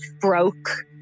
broke